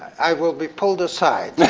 i will be pulled aside,